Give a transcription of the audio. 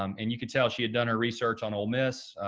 um and you could tell she had done her research on ole miss.